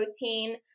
protein